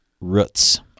Roots